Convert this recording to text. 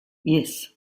yes